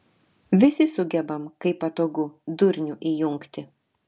visi sugebam kai patogu durnių įjungti